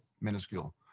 Minuscule